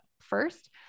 first